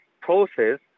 process